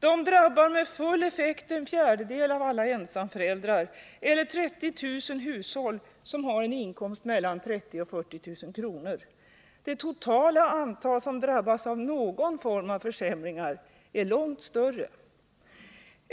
De drabbar med full effekt en fjärdedel av alla ensamföräldrar eller 30 000 hushåll som har en inkomst mellan 30 000 kr. och 40 000 kr. Det totala antal som drabbas av någon form av försämringar är långt större.